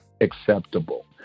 acceptable